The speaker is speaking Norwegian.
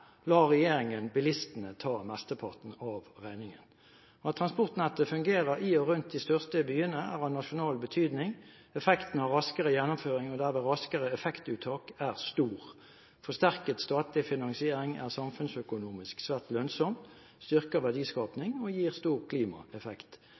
regjeringen bilistene ta mesteparten av regningen. At transportnettet fungerer i og rundt de største byene er av nasjonal betydning. Effekten av raskere gjennomføring, og derved raskere effektuttak, er stor. Forsterket statlig finansiering er samfunnsøkonomisk svært lønnsomt,